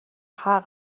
хаа